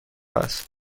است